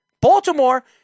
Baltimore